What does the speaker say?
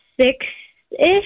six-ish